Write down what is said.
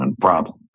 problem